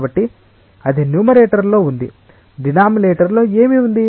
కాబట్టి అది న్యూమరేటర్లో ఉంది డినామినెటర్ లో ఏమి ఉంది